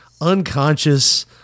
unconscious